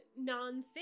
non-thing